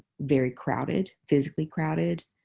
very crowded, physically crowded,